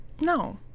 no